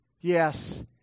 Yes